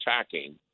attacking